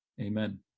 Amen